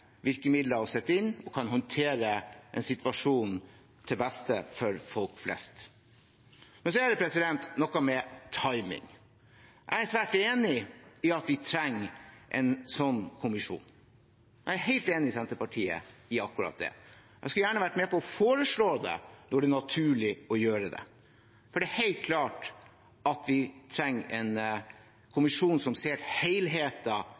virkemidler å sette inn og kan håndtere en situasjon til beste for folk flest. Men så er det noe med timingen. Jeg er svært enig i at vi trenger en slik kommisjon. Jeg er helt enig med Senterpartiet i akkurat det. Jeg skulle gjerne vært med på å foreslå det, når det er naturlig å gjøre det, for det er helt klart at vi trenger en